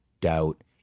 doubt